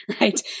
Right